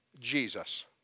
Jesus